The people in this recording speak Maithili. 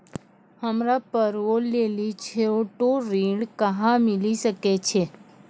हमरा पर्वो लेली छोटो ऋण कहां मिली सकै छै?